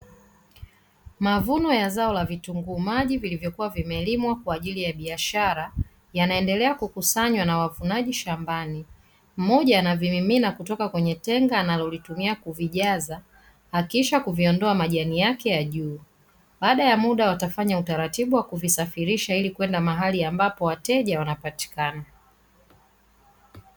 Mavuno ya zao la vitunguu maji vilivyokuwa vimelimwa kwa ajili ya biashara, yanaendelea kukusanywa na wavunaji shambani. Mmoja anavimimina kutoka kwenye tenga analolitumia kuvijaza, akiisha kuviondoa majani yake ya juu. Baada ya muda watafanya utaratibu wa kuvisafirisha ili kwenda mahali ambapo wateja wanapatikana.